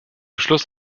schluss